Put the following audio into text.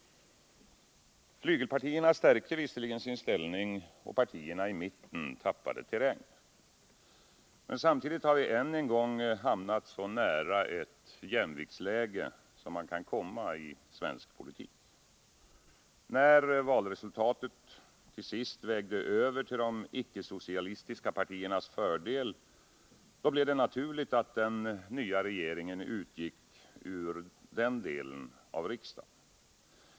Flygelpartierna stärkte sin ställning och partierna i mitten tappade terräng. Samtidigt har vi än en gång hamnat så nära ett jämviktsläge man kan komma. När valresultatet till sist vägde över till de icke-socialistiska partiernas fördel, blev det naturligt att den nya regeringen utgick ur den delen av riksdagen.